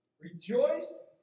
Rejoice